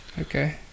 Okay